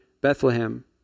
Bethlehem